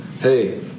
hey